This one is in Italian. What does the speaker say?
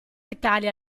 italia